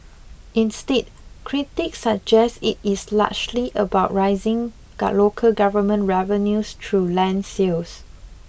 instead critics suggest it is largely about raising local government revenues through land sales